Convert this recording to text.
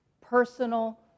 personal